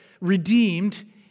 redeemed